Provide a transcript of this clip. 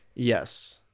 Yes